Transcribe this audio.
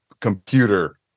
computer